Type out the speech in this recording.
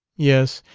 yes,